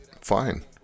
fine